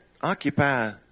occupy